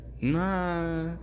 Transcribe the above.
nah